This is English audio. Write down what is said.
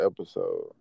episode